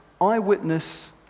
eyewitness